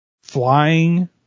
flying